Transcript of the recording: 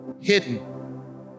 hidden